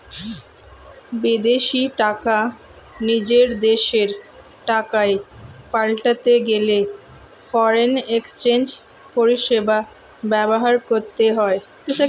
বিদেশী টাকা নিজের দেশের টাকায় পাল্টাতে গেলে ফরেন এক্সচেঞ্জ পরিষেবা ব্যবহার করতে হয়